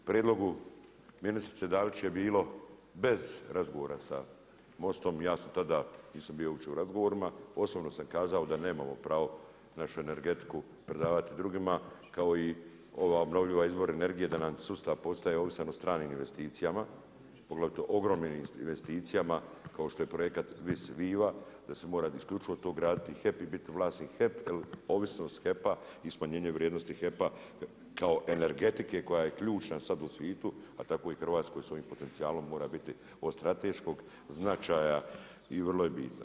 U prijedlogu ministrice Dalić je bilo bez razgovora sa Mostom i ja sam tada, nisam bio uopće u razgovorima, osobno sam kazao da nemamo pravo našu energetiku prodavati drugima, kao i ova obnovljiva izvori energije, da nam sustav postaje ovisan od stranih investicijama, poglavito ogromnim investicijama, kao što je projekat Vis-Viva, da se mora isključivo to graditi, HEP i biti vlasnik HEP, jer ovisnost HEP-a i smanjenje vrijednosti HEP-a, kao energetike koja je ključna sad u svitu, a tako i u Hrvatskoj s ovim potencijalom, mora biti od strateškog značaja i vrlo je bitna.